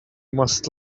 must